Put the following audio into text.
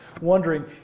wondering